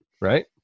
right